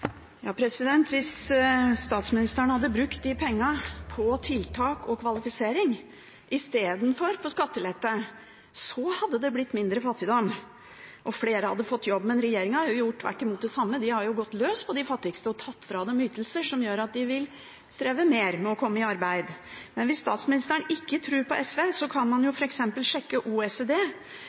Hvis statsministeren hadde brukt de pengene på tiltak og kvalifisering i stedet for på skattelette, så hadde det blitt mindre fattigdom og flere hadde fått jobb. Men regjeringen har tvert imot gjort det samme, de har jo gått løs på de fattigste og tatt fra dem ytelser, som gjør at de vil streve mer med å komme i arbeid. Hvis statsministeren ikke tror på SV, kan man f.eks. sjekke OECD.